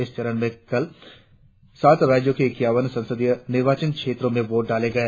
इस चरण में कल सात राज्यों के इक्यावन संसदीय निर्वाचन क्षेत्रों में वोट डाले गए